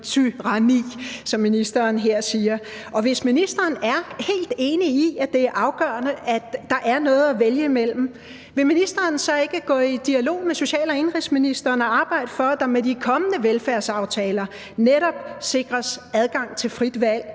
minuttyranni, som ministeren her siger. Og hvis ministeren er helt enig i, at det er afgørende, at der er noget at vælge imellem, vil ministeren så ikke gå i dialog med social- og indenrigsministeren og arbejde for, at der med de kommende velfærdsaftaler netop sikres adgang til frit valg